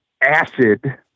acid